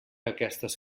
aquestes